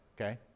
Okay